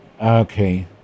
okay